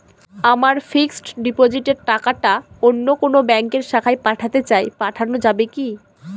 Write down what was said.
আমার ফিক্সট ডিপোজিটের টাকাটা অন্য কোন ব্যঙ্কের শাখায় পাঠাতে চাই পাঠানো যাবে কি?